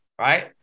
right